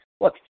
Look